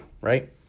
right